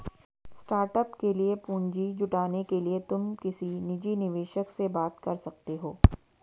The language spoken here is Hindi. स्टार्टअप के लिए पूंजी जुटाने के लिए तुम किसी निजी निवेशक से बात कर सकते हो